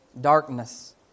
darkness